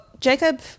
Jacob